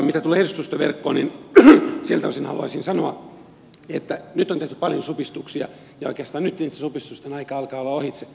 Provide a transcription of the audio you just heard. mitä tulee edustustojen verkkoon niin siltä osin haluaisin sanoa että nyt on tehty paljon supistuksia ja oikeastaan nyt niitten supistusten aika alkaa olla ohitse